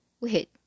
wait